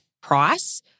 price